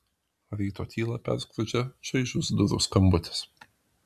ryto tylą perskrodžia čaižus durų skambutis